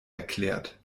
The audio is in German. erklärt